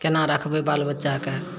केना राखबै बाल बच्चा कऽ